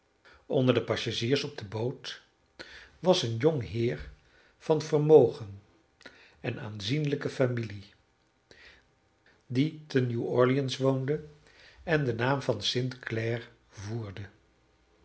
onder de passagiers op de boot was een jong heer van vermogen en aanzienlijke familie die te nieuw orleans woonde en den naam van st